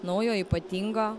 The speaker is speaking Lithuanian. naujo ypatingo